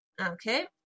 Okay